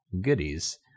goodies